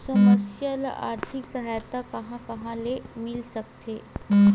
समस्या ल आर्थिक सहायता कहां कहा ले मिल सकथे?